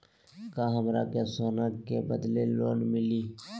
का हमरा के सोना के बदले लोन मिलि?